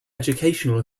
educational